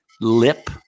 lip